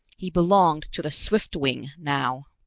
he belonged to the swiftwing now.